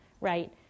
right